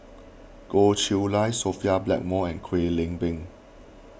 Goh Chiew Lye Sophia Blackmore and Kwek Leng Beng